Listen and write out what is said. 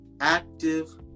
active